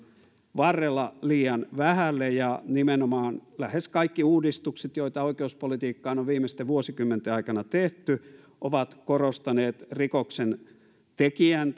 varrella liian vähälle ja nimenomaan lähes kaikki uudistukset joita oikeuspolitiikkaan on viimeisten vuosikymmenten aikana tehty ovat korostaneet rikoksentekijän